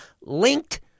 linked